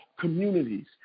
communities